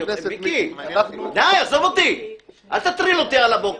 מיקי, אל תטריד אותי על הבוקר.